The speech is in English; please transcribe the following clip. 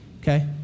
Okay